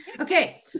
Okay